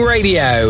Radio